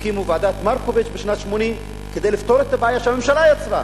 הקימו את ועדת-מרקוביץ בשנת 1980 כדי לפתור את הבעיה שהממשלה יצרה,